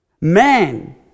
Man